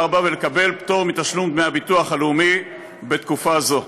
ולקבל פטור מתשלום דמי הביטוח הלאומי בתקופה זו.